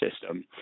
system